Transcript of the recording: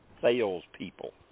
salespeople